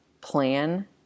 plan